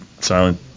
silent